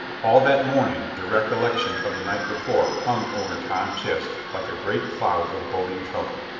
all that morning the recollection of the night before hung over tom chist like a great cloud of boding trouble.